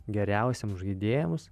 geriausiems žaidėjams